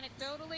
anecdotally